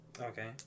Okay